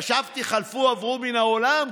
שחשבתי שחלפו ועברו מן העולם,